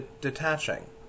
detaching